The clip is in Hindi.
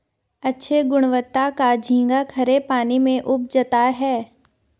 अच्छे गुणवत्ता का झींगा खरे पानी में उपजता है